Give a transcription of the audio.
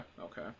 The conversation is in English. Okay